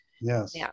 Yes